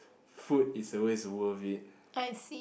food is always worth it